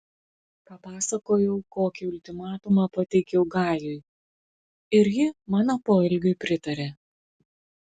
papasakojau kokį ultimatumą pateikiau gajui ir ji mano poelgiui pritarė